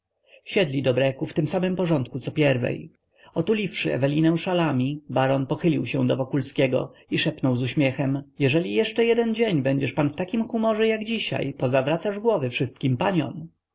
siedli do breku w tym samym porządku co pierwiej otuliwszy ewelinę szalami baron pochylił się do wokulskiego i szepnął z uśmiechem jeżeli jeszcze jeden dzień będziesz pan w takim humorze jak dzisiaj pozawracasz głowy wszystkim paniom